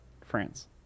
France